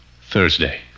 Thursday